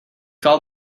call